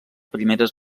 primeres